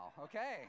Okay